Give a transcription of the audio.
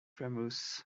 famous